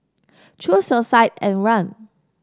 choose your side and run